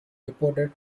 reported